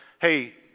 hey